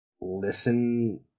listen